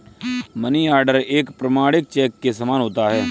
money order एक प्रमाणिक cheque के समान होता है